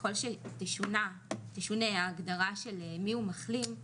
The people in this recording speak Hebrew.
שככל שתשונה ההגדרה של מיהו מחלים,